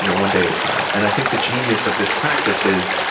you know one day at a time. and i think the genius of this practices,